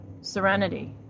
Serenity